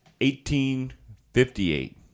1858